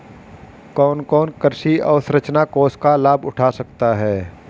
कौन कौन कृषि अवसरंचना कोष का लाभ उठा सकता है?